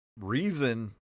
reason